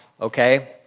Okay